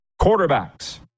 quarterbacks